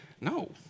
No